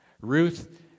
Ruth